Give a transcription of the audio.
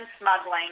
smuggling